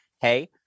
hey